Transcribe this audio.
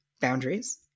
boundaries